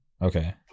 Okay